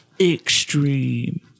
Extreme